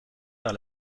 vers